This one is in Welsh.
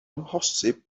amhosib